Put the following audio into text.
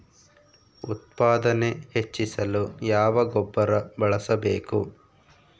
ಉತ್ಪಾದನೆ ಹೆಚ್ಚಿಸಲು ಯಾವ ಗೊಬ್ಬರ ಬಳಸಬೇಕು?